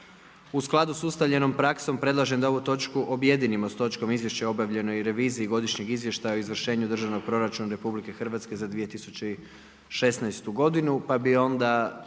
U skladu s ustaljenom praksom predlažem da ovu točku objedinimo sa točkom - Izvješće o obavljenoj reviziji Godišnjeg izvještaja o izvršenju Državnog proračuna Republike Hrvatske za 2016. godinu Podnositelj: